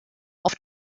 auf